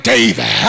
David